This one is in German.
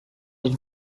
den